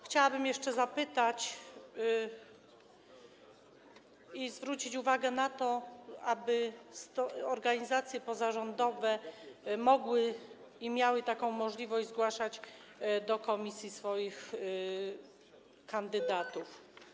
Chciałabym jeszcze zapytać i zwrócić uwagę na to, aby organizacje pozarządowe mogły i miały taką możliwość zgłaszać do komisji swoich kandydatów.